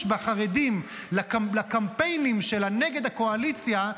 בחרדים לקמפיינים נגד הקואליציה,